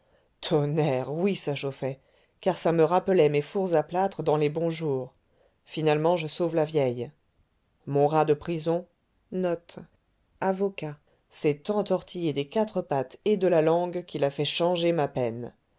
tonnerre oui ça chauffait car ça me rappelait mes fours à plâtre dans les bons jours finalement je sauve la vieille mon rat de prison s'est tant tortillé des quatre pattes et de la langue qu'il a fait changer ma peine